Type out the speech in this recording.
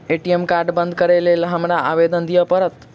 ATM card बंद करैक लेल हमरा आवेदन दिय पड़त?